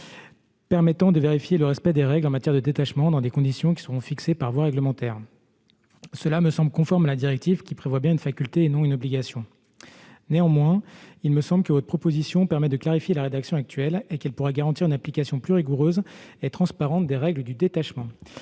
permettant de vérifier le respect des règles en matière de détachement qui seront fixées par voie réglementaire. Cela me semble conforme à la directive, laquelle prévoit bien une faculté et non une obligation. L'adoption de cet amendement permettrait de clarifier la rédaction actuelle et pourrait garantir une application plus rigoureuse et transparente des règles du détachement.